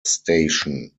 station